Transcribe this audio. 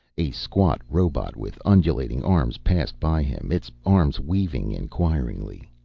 a squat robot with undulating arms passed by him, its arms weaving inquiringly.